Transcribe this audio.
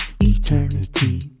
Eternity